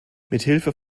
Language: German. mithilfe